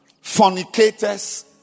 fornicators